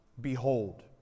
Behold